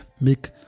Make